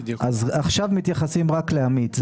ועכשיו מתייחסים רק לעמית.